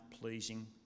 pleasing